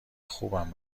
خوبم